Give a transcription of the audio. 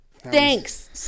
Thanks